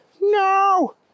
No